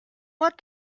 want